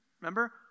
remember